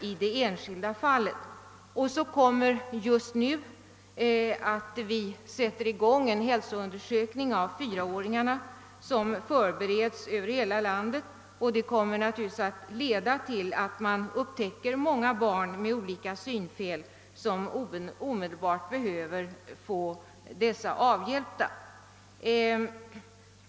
Just nu förbereder vi över hela landet en hälsoundersökning av fyraåringarna. Den kommer naturligtvis att leda till att man upptäcker många barn med olika synfel som omedelbart behöver avhjälpas.